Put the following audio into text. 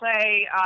play